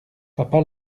papa